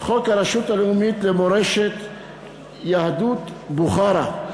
חוק הרשות הלאומית למורשת יהדות בוכרה,